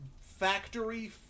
factory